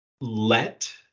let